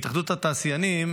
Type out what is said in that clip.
התאחדות התעשיינים,